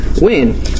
win